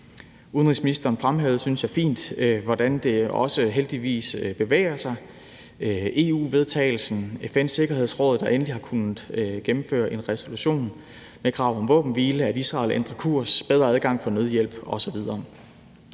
Udenrigsministeren fremhævede, synes jeg, fint, hvordan det også heldigvis bevæger sig. Der er EU-vedtagelsen, FN's Sikkerhedsråd, der endelig har kunnet vedtage en resolution med krav om våbenhvile og om, at Israel ændrer kurs, bedre adgang for nødhjælp osv.